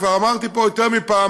כבר אמרתי פה יותר מפעמיים: